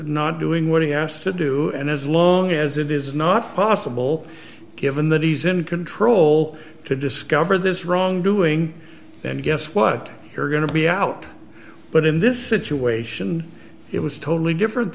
not doing what he asked to do and as long as it is not possible given that he's in control to discover this wrongdoing and guess what you're going to be out but in this situation it was totally different